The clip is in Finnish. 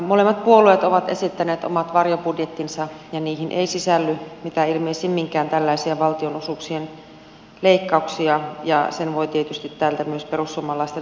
molemmat puolueet ovat esittäneet omat varjobudjettinsa ja niihin ei sisälly mitä ilmeisimminkään tällaisia valtionosuuksien leikkauksia ja sen voi tietysti myös perussuomalaisten vastalauseesta lukea